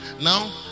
now